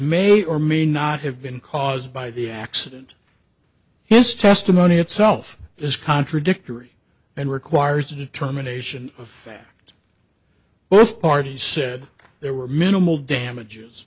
may or may not have been caused by the accident his testimony itself is contradictory and requires a determination of fact both parties said there were minimal damages